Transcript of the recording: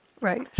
Right